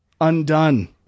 undone